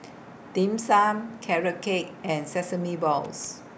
Dim Sum Carrot Cake and Sesame Balls